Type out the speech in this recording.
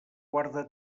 guarda